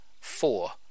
Four